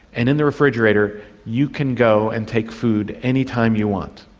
and in the refrigerator you can go and take food any time you want.